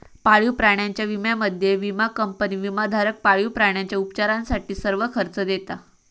पाळीव प्राण्यांच्या विम्यामध्ये, विमा कंपनी विमाधारक पाळीव प्राण्यांच्या उपचारासाठी सर्व खर्च देता